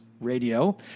Radio